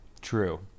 True